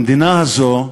המדינה הזו,